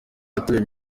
yatumye